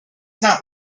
not